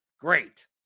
great